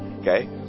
Okay